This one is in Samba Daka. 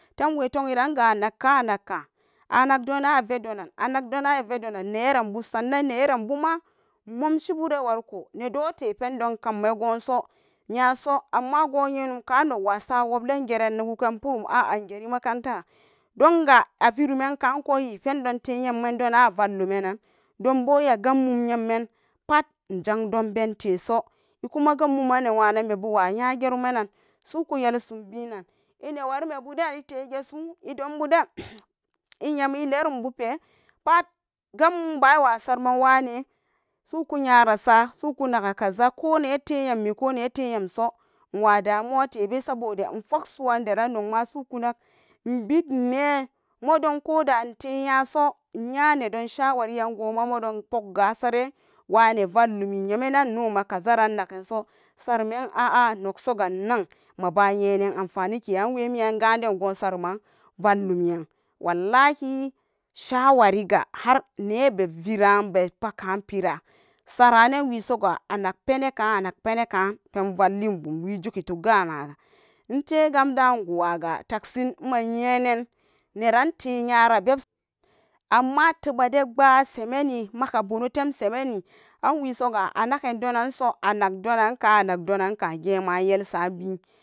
Temwe tonyiranga anakan a nakan anak donan ayet donan sannan nayaran buma nmmunshibu wariko nedonate pendomkam me gonso ammagunnyanum karan nok wa sablangaran wugen burum a'a ingeri makarantaran donga averuman kan ko ipendon lenyen man donan avalluman ko iya pat inzan donshen teso kuma gammuman nenwanan me bu sukuyei sumbenan inawarimebu den itegeso nan yem ilerum bube pat gammuman iwasaran nyare sa soko naga kaza koh ne te yammi koh neleyam so no wa damuwa teso sabo da irak soran deran nomma so onak invet ne mudon koh da note nyanepen don so iny anedon shawarian pulaga asorenen wane vallumi nyemaman inon ma kazzaran managaso sarumman a a nan mabanagan anwenan gamdan gan saruman vallummi wallahi shawariga nebe vera bepagapera sara nen wesoga anak penan ka pen vallin buni we zugitok gana ga integamdan we go waga tac shin amma nyenen reran nyara bebso soran amma lebarequa shiemieni maga anak dunanka canak donan kan